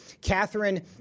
Catherine